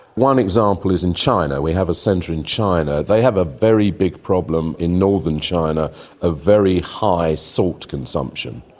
one example is in china. we have a centre in china. they have a very big problem in northern china of very high salt consumption.